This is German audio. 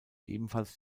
ebenfalls